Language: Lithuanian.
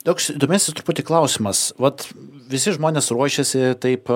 toks įdomesnis truputį klausimas vat visi žmonės ruošiasi taip